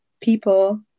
people